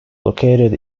located